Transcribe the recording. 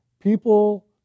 People